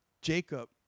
Jacob